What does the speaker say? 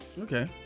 Okay